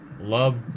love